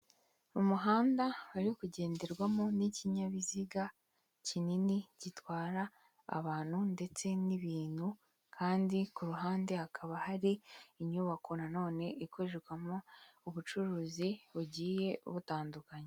Umuhanda hari kugenderwamo n'ikinyabiziga kinini gitwara abantu ndetse n'ibintu kandi ku ruhande hakaba hari inyubako na none ikorerwamo ubucuruzi bugiye butandukanye.